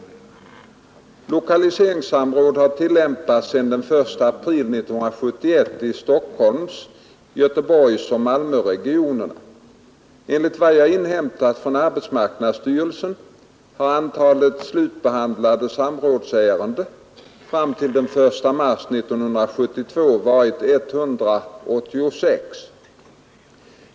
Lokaliseringssamrådet har tillämpats sedan den 1 april 1971 i Stockholms-, Göteborgsoch Malmöregionerna. Enligt vad jag inhämtat från arbetsmarknadsstyrelsen har antalet slutbehandlade samrådsärenden fram till den 1 mars 1972 varit 186.